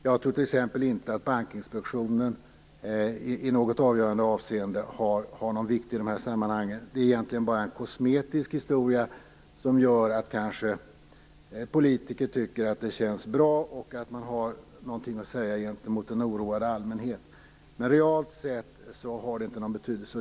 Jag tror t.ex. inte att Bankinspektionen i något avgörande avseende har någon vikt i de här sammanhangen. Den är egentligen bara en kosmetisk historia, som gör att politiker kanske tycker att det känns bra, och att de har något att säga gentemot en oroad allmänhet. Realt sätt har den ingen betydelse.